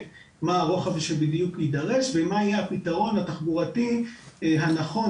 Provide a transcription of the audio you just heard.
מה הרוחב שבדיוק יידרש ומה יהיה הפתרון התחבורתי הנכון,